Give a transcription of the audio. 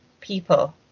people